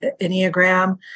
Enneagram